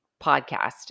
podcast